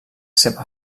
seva